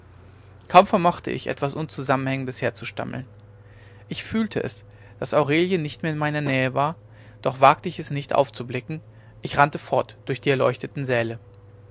kaum vermochte ich etwas unzusammenhängendes herzustammeln ich fühlte es daß aurelie nicht mehr in meiner nähe war doch wagte ich es nicht aufzublicken ich rannte fort durch die erleuchteten säle